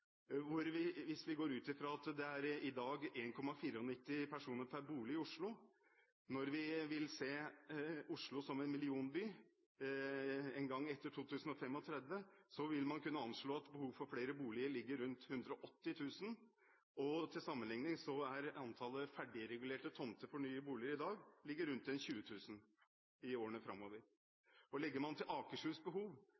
Hvis vi går ut fra at det i dag er 1,94 personer per bolig i Oslo, kan man anslå at når Oslo blir en millionby en gang etter 2035, vil behovet for boliger ligger på rundt 180 000. Til sammenligning ligger antallet ferdigregulerte tomter for nye boliger i dag på rundt 20 000 i